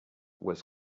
was